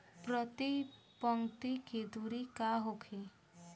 प्रति पंक्ति के दूरी का होखे?